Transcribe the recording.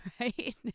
right